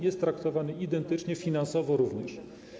Jest traktowany identycznie, finansowo również.